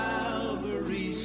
Calvary